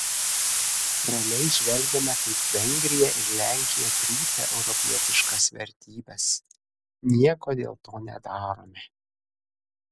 ramiai žvelgiame kaip vengrija ir lenkija trypia europietiškas vertybes nieko dėl to nedarome